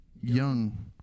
young